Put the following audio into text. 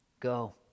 go